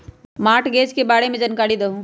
Mortgage के बारे में जानकारी देहु?